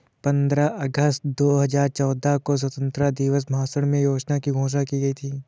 पन्द्रह अगस्त दो हजार चौदह को स्वतंत्रता दिवस भाषण में योजना की घोषणा की गयी थी